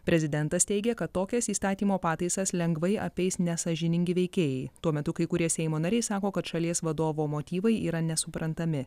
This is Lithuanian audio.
prezidentas teigė kad tokias įstatymo pataisas lengvai apeis nesąžiningi veikėjai tuo metu kai kurie seimo nariai sako kad šalies vadovo motyvai yra nesuprantami